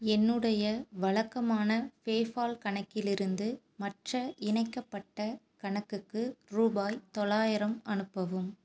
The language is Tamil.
என்னுடைய வழக்கமான பேஃபால் கணக்கில் இருந்து மற்ற இணைக்கப்பட்ட கணக்குக்கு ரூபாய் தொள்ளாயிரம் அனுப்பவும்